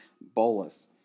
bolus